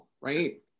right